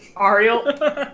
Ariel